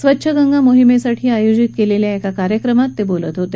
स्वच्छ गंगा मोहिमेसाठी आयोजित केलेल्या एका कार्यक्रमात ते बोलत होते